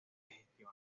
gestiona